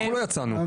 זה נשבר קודם.